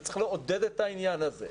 וצריך לעודד את העניין הזה.